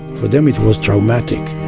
for them it was traumatic,